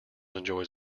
enjoys